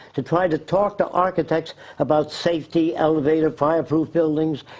to try to talk to architects about safety elevators, fireproof buildings.